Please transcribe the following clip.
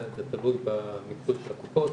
זה תלוי במיקוד של הקופות,